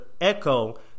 echo